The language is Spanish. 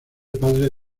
padre